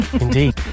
Indeed